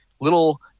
little